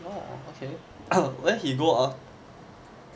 orh k then where he go ah